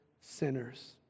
sinners